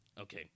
Okay